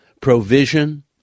provision